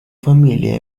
familia